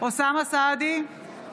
אוסאמה סעדי,